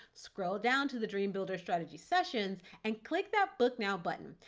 scroll down to the dream builder strategy sessions and click that book now button.